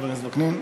חבר הכנסת וקנין,